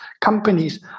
companies